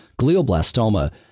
glioblastoma